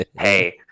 hey